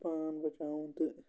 پان بَچاوُن تہٕ